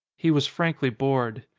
he was frankly bored.